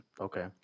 okay